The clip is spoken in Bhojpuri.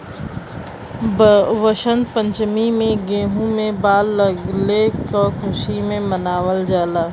वसंत पंचमी में गेंहू में बाल लगले क खुशी में मनावल जाला